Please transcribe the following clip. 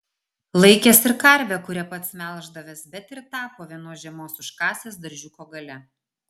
laikęs ir karvę kurią pats melždavęs bet ir tą po vienos žiemos užkasęs daržiuko gale